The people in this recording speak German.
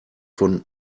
von